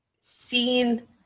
seen